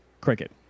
cricket